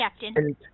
Captain